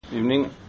Evening